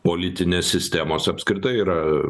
politinės sistemos apskritai yra